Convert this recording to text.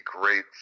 great